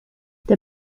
der